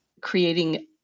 creating